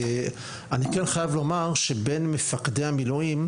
אני כן חייב לומר שבין מפקדי המילואים,